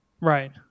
right